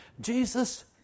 Jesus